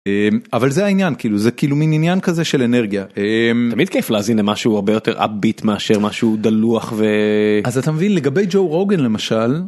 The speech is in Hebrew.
אבל זה העניין כאילו זה כאילו מין עניין כזה של אנרגיה תמיד כיף להזין למשהו הרבה יותר עבית מאשר משהו דלוח אז אתה מבין לגבי ג'ו רוגן למשל.